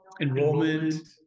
enrollment